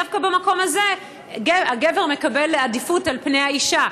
דווקא במקום הזה הגבר מקבל עדיפות על פני האישה.